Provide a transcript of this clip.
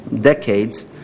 decades